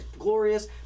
glorious